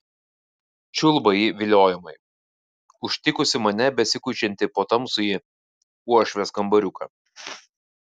čiulba ji viliojamai užtikusi mane besikuičiantį po tamsųjį uošvės kambariuką